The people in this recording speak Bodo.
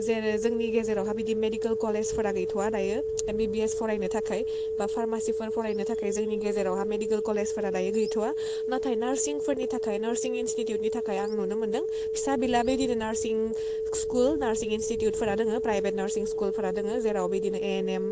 जेरो जोंनि गेजेरावहा बिदि मेडिकेल कलेजफोरा गैथ'वा दायो एमबिबिएस फरायनो थाखाय बा फार्मासिफोर फरायनो थाखाय जोंनि गेजेरावहा मेडिकेल कलेजफोरा दायो गैथ'वा नाथाय नार्सिंफोरनि थाखाय नार्सिं इनस्टिटिउटनि थाखाय आं नुनो मोनदों फिसा बिला बै गेदेर नार्सिं स्कुल नार्सिं इनस्टिटिउटफोरा दङ प्राइभेट नार्सिं स्कुलफोरा दङ जेराव बिदिनो एएनएम